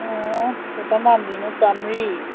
ꯑꯣ ꯉꯥꯟꯕꯤꯅ ꯆꯥꯝꯃꯔꯤ